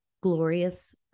glorious